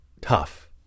tough